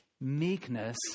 meekness